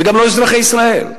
וגם לא אזרחי ישראל.